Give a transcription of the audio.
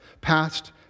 past